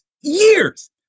years